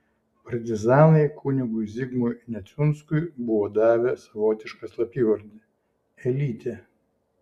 partizanai kunigui zigmui neciunskui buvo davę savotišką slapyvardį elytė